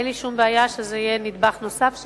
אין לי שום בעיה שזה יהיה נדבך נוסף שם,